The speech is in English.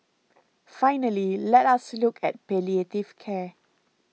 finally let us look at palliative care